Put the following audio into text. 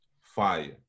Fire